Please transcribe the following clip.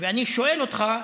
ואני שואל אותך: